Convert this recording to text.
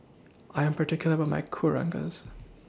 I'm particular about My Kueh Rengas